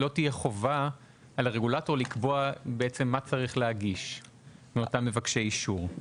לא תהיה חובה על הרגולטור לקבוע מה אותם מבקשי אישור צריכים להגיש.